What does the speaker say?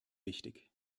wichtig